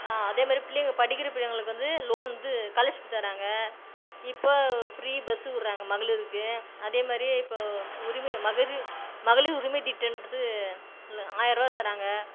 அதேமாரி பிள்ளைங்க படிக்கிற பிள்ளைங்களுக்கு வந்து லோன் இது காலர்ஷிப்பு தராங்க இப்ப ஃப்ரீ பஸ் விட்றாங்க மகளிருக்கு அதேமாதிரி இப்போது உரிமை மகளிர் மகளிர் உரிமை திட்டன்றதில் ஆயிரருபா தராங்க